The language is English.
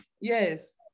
Yes